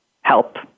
help